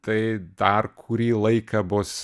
tai dar kurį laiką bus